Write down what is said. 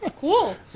Cool